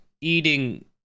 eating